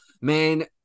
man